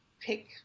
pick